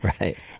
Right